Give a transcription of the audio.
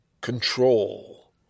control